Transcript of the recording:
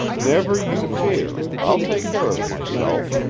never you fear. i'll take care of myself,